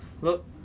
Look